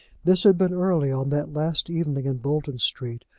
this had been early on that last evening in bolton street,